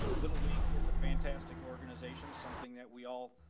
little league is a fantastic organization. something that we all,